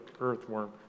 earthworm